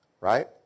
right